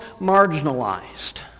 marginalized